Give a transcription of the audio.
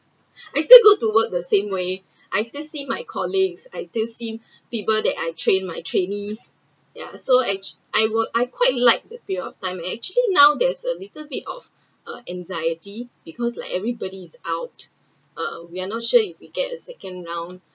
I still go to work the same way I still see my colleagues I still see people that I trains my trainees ya so at I I quite like the period of time actually now there is a little bit of uh anxiety because like everybody is out uh we are not sure if we get a second round